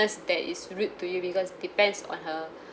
nurse that is rude to you because depends on her